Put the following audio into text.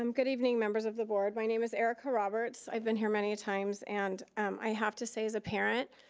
um good evening members of the board. my name is erika roberts. i've been here many times, and i have to say as a parent,